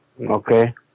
okay